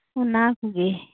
ᱚᱱᱟᱠᱩᱜᱤ